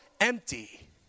empty